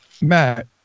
Matt